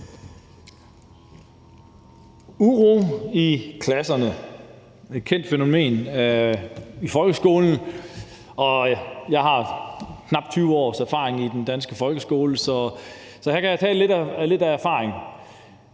Uro i klasserne er et kendt fænomen i folkeskolen. Jeg har knap 20 års erfaring i den danske folkeskole, så her kan jeg tale lidt af erfaring.